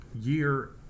year